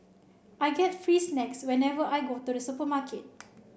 I get free snacks whenever I go to the supermarket